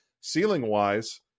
Ceiling-wise